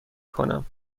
کنم